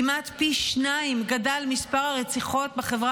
כמעט פי שניים גדל מספר הרציחות בחברה